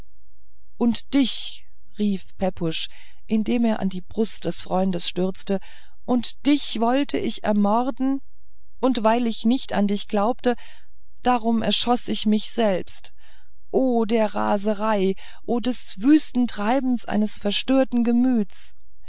und dich rief pepusch indem er an die brust des freundes stürzte und dich wollte ich ermorden und weil ich nicht an dich glaubte darum erschoß ich mich selbst o der raserei o des wüsten treibens eines verstörten gemüts